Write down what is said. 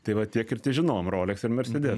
tai va tiek ir težinom roleksą ir mercedesą